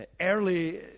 early